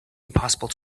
impossible